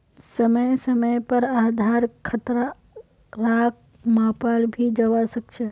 समय समय पर आधार खतराक मापाल भी जवा सक छे